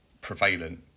prevalent